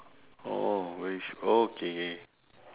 orh very sh~ oh K K